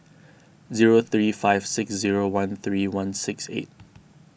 zero three five six zero one three one six eight